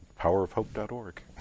powerofhope.org